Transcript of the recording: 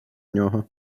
нього